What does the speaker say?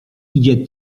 idzie